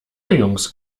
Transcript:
jungs